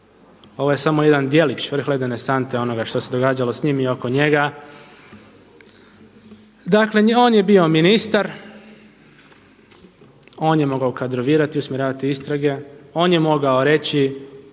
ovo je samo jedan djelić vrh ledene sante onoga što se događalo s njim i oko njega. Dakle, on je bio ministar, on je mogao kadrovirati, usmjeravati istrage. On je mogao reći